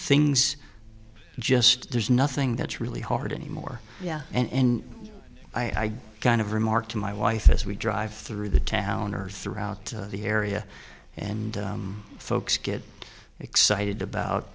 things just there's nothing that's really hard anymore yeah and i kind of remark to my wife as we drive through the town or throughout the area and folks get excited about